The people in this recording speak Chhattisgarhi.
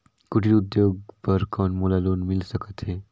कुटीर उद्योग बर कौन मोला लोन मिल सकत हे?